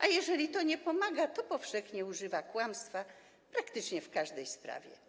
A jeżeli to nie pomaga, to powszechnie używa kłamstwa, praktycznie w każdej sprawie.